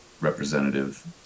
representative